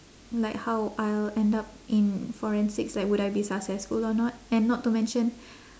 like how I'll end up in forensics like would I be successful or not and not to mention